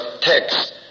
text